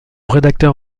rédacteur